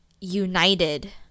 united